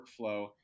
workflow